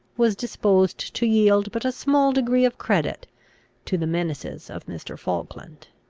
was disposed to yield but a small degree of credit to, the menaces of mr. falkland.